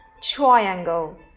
triangle